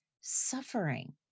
suffering